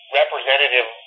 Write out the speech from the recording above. representative